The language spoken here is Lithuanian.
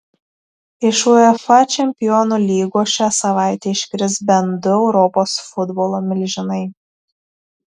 iš uefa čempionų lygos šią savaitę iškris bent du europos futbolo milžinai